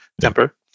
temper